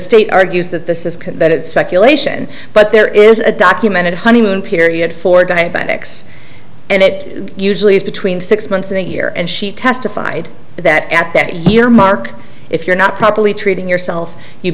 state argues that this is that it's speculation but there is a documented honeymoon period for diabetics and it usually is between six months and a year and she testified that at that year mark if you're not properly treating yourself you